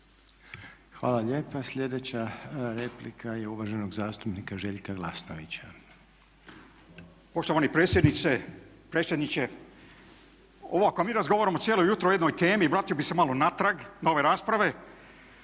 Hvala lijepa. Sljedeća replika je uvaženog zastupnika Željka Glasnovića. **Glasnović, Željko (HDZ)** Poštovani predsjedniče, ovako mi razgovaramo cijelo jutro o jednoj temi, vratio bih se malo natrag na ove rasprave.